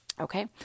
Okay